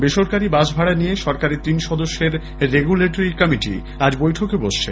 বেসরকারী বাস ভাড়া নিয়ে সরকারের তিন সদস্যের রেগুলেটরি কমিটি আজ বৈঠকে বসছে